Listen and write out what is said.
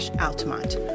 Altamont